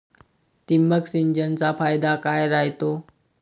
ठिबक सिंचनचा फायदा काय राह्यतो?